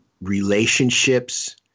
relationships